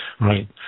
Right